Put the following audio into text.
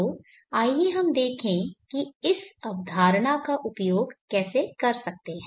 तो आइए हम देखें कि हम इस अवधारणा का उपयोग कैसे कर सकते हैं